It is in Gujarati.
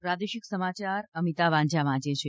પ્રાદેશિક સમાચાર અમિતા વાંઝા વાંચે છે